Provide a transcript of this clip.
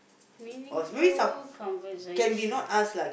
meaningful conversation